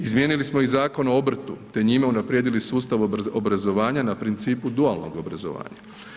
Izmijenili smo i Zakon o obrtu te njime unaprijedili sustav obrazovanja na principu dualnog obrazovanja.